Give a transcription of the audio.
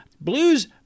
blues